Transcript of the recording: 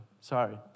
sorry